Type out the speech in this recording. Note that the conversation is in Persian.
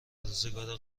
روزگار